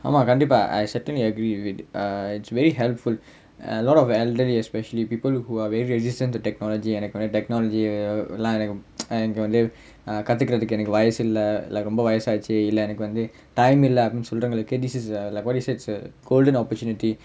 ஆமா கண்டிப்பா:aamaa kandippaa I certainly agree with it uh it's very helpful uh a lot of elderly especially people who are very resistant to technology எனக்கு:enakku technology leh எனக்கு:enakku எனக்கு வந்து:enakku vanthu err கத்துக்குறதுக்கு எனக்கு வயசில்ல:kathukkarathukku enakku vayasilla like ரொம்ப வயசாச்சி இல்ல எனக்கு வந்து:romba vayasaachi illa enakku vanthu time இல்ல அப்படின்னு சொல்றவங்களுக்கு:illa appdinnu solravangalukku this is like what you said this is a golden opportunity